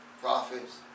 prophets